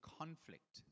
conflict